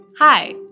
Hi